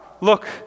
look